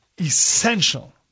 essential